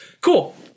Cool